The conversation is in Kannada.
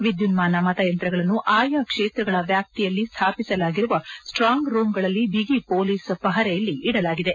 ವಿದ್ಯುನ್ಮಾನ ಮತಯಂತ್ರಗಳನ್ನು ಆಯಾ ಕ್ಷೇತ್ರಗಳ ವ್ಯಾಪ್ತಿಯಲ್ಲಿ ಸ್ದಾಪಿಸಲಾಗಿರುವ ಸ್ವಾಂಗ್ ರೂಂಗಳಲ್ಲಿ ಬಿಗಿ ಪೋಲೀಸ್ ಪಹರೆಯಲ್ಲಿ ಇಡಲಾಗಿದೆ